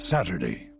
Saturday